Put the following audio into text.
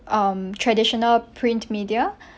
um traditional print media